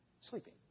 sleeping